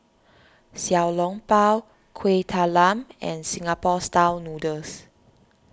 Xiao Long Bao Kueh Talam and Singapore Style Noodles